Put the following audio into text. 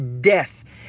death